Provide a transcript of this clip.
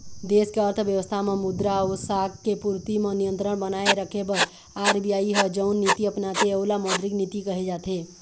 देस के अर्थबेवस्था म मुद्रा अउ साख के पूरति म नियंत्रन बनाए रखे बर आर.बी.आई ह जउन नीति अपनाथे ओला मौद्रिक नीति कहे जाथे